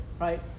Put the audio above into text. right